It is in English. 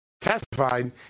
testified